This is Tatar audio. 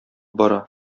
бара